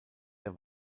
der